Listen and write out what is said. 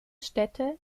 städte